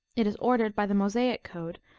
it is ordained by the mosaic code,